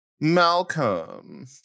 Malcolm